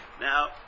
now